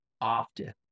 often